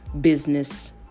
business